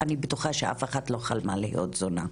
אני בטוחה שאף אחת לא חלמה להיות זונה.